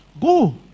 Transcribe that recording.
Go